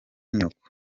nyoko